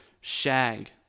shag